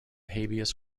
habeas